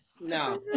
No